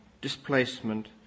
displacement